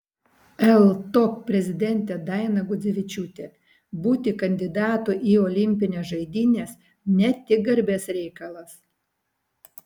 ltok prezidentė daina gudzinevičiūtė būti kandidatu į olimpines žaidynes ne tik garbės reikalas